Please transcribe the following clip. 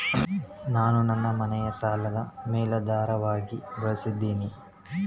ನಾನು ನನ್ನ ಮನೆಯನ್ನ ಸಾಲದ ಮೇಲಾಧಾರವಾಗಿ ಬಳಸಿದ್ದಿನಿ